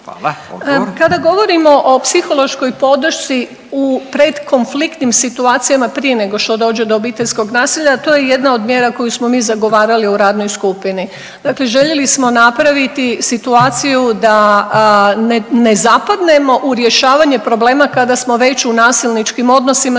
Višnja** Kada govorimo o psihološkoj podršci u predkonfliktnim situacijama prije nego što dođe do obiteljskog nasilja, to je jedna od mjera koju smo mi zagovarali u radnoj skupini. Dakle željeli smo napraviti situaciju da ne zapadnemo u rješavanje problema kada smo već u nasilničkim odnosima,